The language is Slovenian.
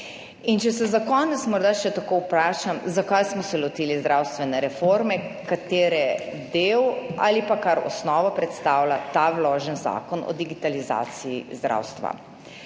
Naj se za konec še takole vprašam, zakaj smo se lotili zdravstvene reforme, katere del ali pa kar osnovo predstavlja ta vloženi Zakon o digitalizaciji zdravstva